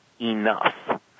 enough